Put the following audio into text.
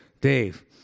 Dave